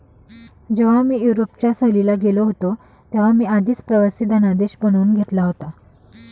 जेव्हा मी युरोपच्या सहलीला गेलो होतो तेव्हा मी आधीच प्रवासी धनादेश बनवून घेतला होता